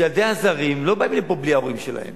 שילדי הזרים לא באים לפה בלי ההורים שלהם.